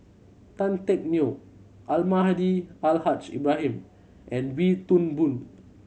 Tan Teck Neo Almahdi Al Haj Ibrahim and Wee Toon Boon